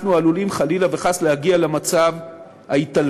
אנחנו עלולים, חלילה וחס, להגיע למצב האיטלקי,